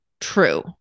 true